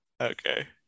Okay